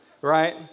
Right